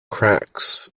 cracks